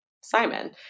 Simon